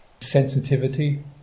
sensitivity